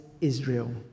Israel